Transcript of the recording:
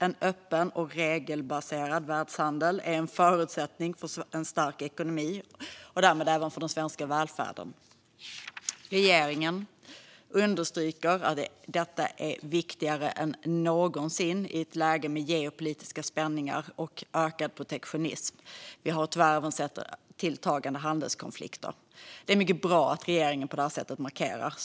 En öppen och regelbaserad världshandel är en förutsättning för en stark ekonomi och därmed även för den svenska välfärden. Regeringen understryker att detta är viktigare än någonsin i ett läge med geopolitiska spänningar och ökad protektionism. Vi har tyvärr även sett tilltagande handelskonflikter. Det är mycket bra att regeringen markerar på detta sätt.